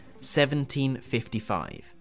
1755